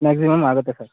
maximum ಆಗುತ್ತೆ sir